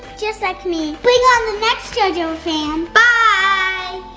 just like me. bring on the next jojo fan. bye.